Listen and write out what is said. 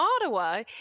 Ottawa